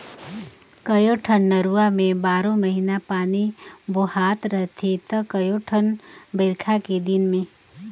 कयोठन नरूवा में बारो महिना पानी बोहात रहथे त कयोठन मे बइरखा के दिन में